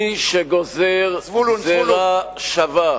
מי שגוזר גזירה שווה